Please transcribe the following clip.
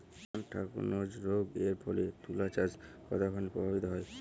Anthracnose রোগ এর ফলে তুলাচাষ কতখানি প্রভাবিত হয়?